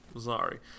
sorry